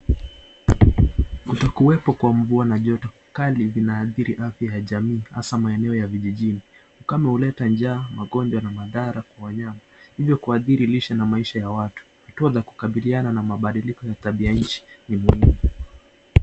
Kutokuwepo kwa mvua na joto kali vinaathiri afya ya jamii hasa maeneo ya vijijini. Ukame huleta njaa, magonjwa na madhara kwa wanyama. Hivyo kwa athiri lishe na maisha ya watu. Hatua za kukabiliana na mabadiliko ya tabianchi ni muhimu.